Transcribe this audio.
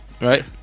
Right